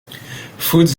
foods